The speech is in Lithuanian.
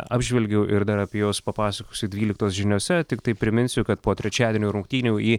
apžvelgiau ir dar apie juos papasakosiu dvyliktos žiniose tiktai priminsiu kad po trečiadienio rungtynių į